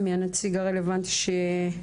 בבקשה.